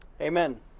Amen